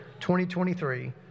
2023